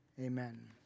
amen